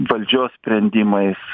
valdžios sprendimais